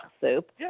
soup